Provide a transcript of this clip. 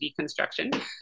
deconstruction